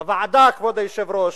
בוועדה, כבוד היושב-ראש,